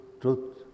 truth